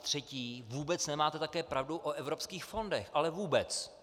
Třetí vůbec nemáte také pravdu o evropských fondech, ale vůbec.